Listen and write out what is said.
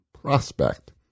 prospect